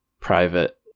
private